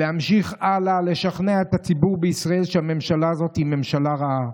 להמשיך הלאה לשכנע את הציבור בישראל שהממשלה הזו היא ממשלה רעה.